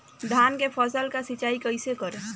धान के फसल का सिंचाई कैसे करे?